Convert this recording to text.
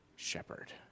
shepherd